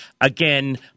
again